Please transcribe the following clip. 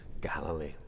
Galilee